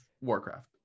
Warcraft